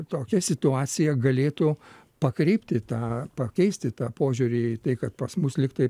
tokia situacija galėtų pakreipti tą pakeisti tą požiūrį į tai kad pas mus lygtai